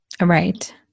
Right